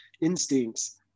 instincts